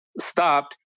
stopped